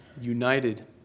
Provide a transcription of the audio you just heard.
united